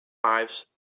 lives